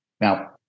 Now